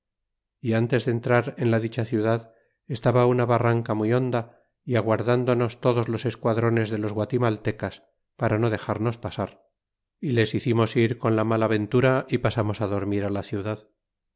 y ntes de entrar en la dicha ciudad estaba una barranca muy honda y aguardándonos todos los esquadrones de los guatimaltecas para no dexernos pasar y les hicimos ir con la mala ventura y pasamos á dormir á la ciudad